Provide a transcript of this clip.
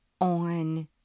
on